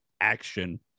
action